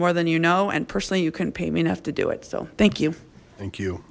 more than you know and personally you couldn't pay me enough to do it so thank you thank you